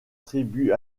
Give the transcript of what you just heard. tribus